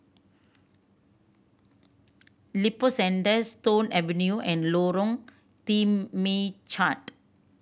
Lippo Centre Stone Avenue and Lorong Temechut